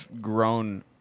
grown